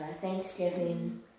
thanksgiving